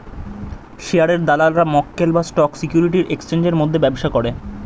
শেয়ারের দালালরা মক্কেল বা স্টক সিকিউরিটির এক্সচেঞ্জের মধ্যে ব্যবসা করে